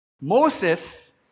Moses